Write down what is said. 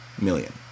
million